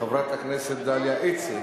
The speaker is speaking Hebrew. חברת הכנסת דליה איציק,